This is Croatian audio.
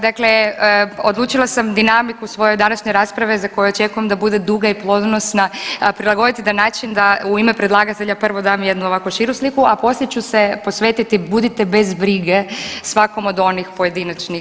Dakle, odlučila sam dinamiku svoje današnje rasprave za koju očekujem da bude duga i plodonosna prilagoditi na način da u ime predlagatelja prvo dam jednu ovako širu sliku, a poslije ću se posvetiti budite bez brige svakom od onih pojedinačnih.